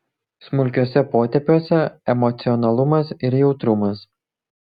smulkiuose potėpiuose emocionalumas ir jautrumas